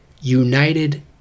United